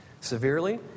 Severely